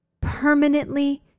permanently